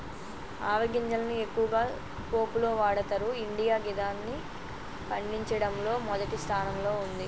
ఆవ గింజలను ఎక్కువగా పోపులో వాడతరు ఇండియా గిదాన్ని పండించడంలో మొదటి స్థానంలో ఉంది